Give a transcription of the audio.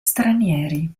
stranieri